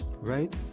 Right